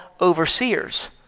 overseers